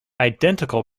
identical